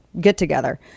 get-together